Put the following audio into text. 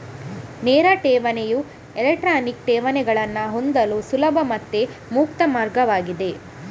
ನೇರ ಠೇವಣಿಯು ಎಲೆಕ್ಟ್ರಾನಿಕ್ ಠೇವಣಿಗಳನ್ನ ಹೊಂದಲು ಸುಲಭ ಮತ್ತೆ ಮುಕ್ತ ಮಾರ್ಗ ಆಗಿದೆ